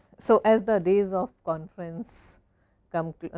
so, as the days of conference come